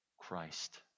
Christ